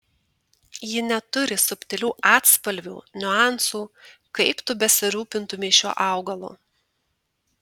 ji neturi subtilių atspalvių niuansų kaip tu besirūpintumei šiuo augalu